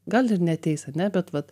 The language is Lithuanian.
gal ir neateis ar ne bet vat